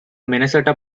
minnesota